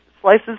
slices